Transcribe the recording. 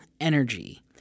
energy